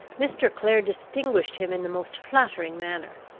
mr. clare distinguished him in the most flattering manner.